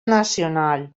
nacional